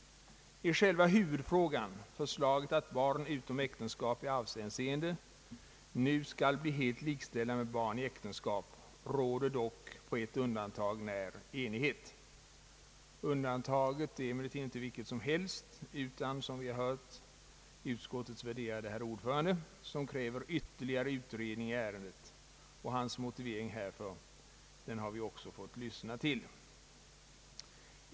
I själva huvudfrågan — förslaget att barn utom äktenskap i arvshänseende skall bli helt likställda med barn i äktenskap — råder dock på ett undantag när enighet. Undantaget är emellertid icke vilket som helst utan som vi hört, utskottets värderade ordförande, som kräver ytterligare utredning i ärendet, och hans motivering härför har vi också fått lyssna till.